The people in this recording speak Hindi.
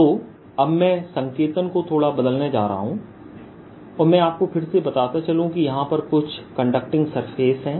तो अब मैं संकेतन को थोड़ा बदलने जा रहा हूं और मैं आपको फिर से बताता चलूं कि यहां पर कुछ कंडक्टिंग सरफेस है